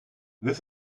this